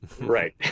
Right